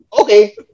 okay